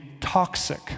toxic